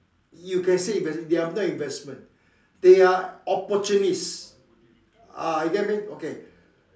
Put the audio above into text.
you can say invest~ they are not investment they are opportunists ah you get what I mean okay